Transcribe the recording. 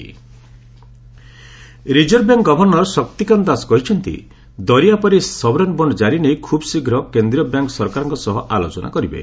RBI governor reserve bank governor Shaktikanta Das କହିଛନ୍ତି ଦରିଆପାରି sovereign bond ଜାରି ନେଇ ଖୁବ୍ ଶୀଘ୍ର କେନ୍ଦ୍ରୀୟ ବ୍ୟାଙ୍କ୍ ସରକାରଙ୍କ ସହ ଆଲୋଚନା କରିବେ